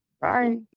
bye